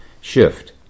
shift